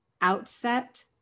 outset